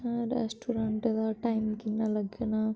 restaurant दा time किन्ना लग्गना